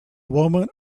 woman